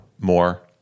more